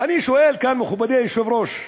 ואני שואל כאן, מכובדי היושב-ראש: